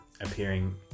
appearing